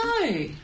No